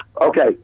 Okay